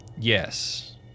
Yes